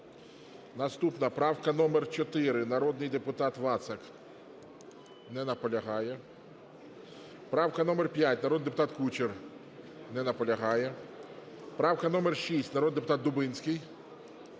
Наступна правка номер 4, народний депутат Вацак. Не наполягає. Правка номер 5, народний депутат Кучер. Не наполягає. Правка номер 6, народний депутат Дубінський.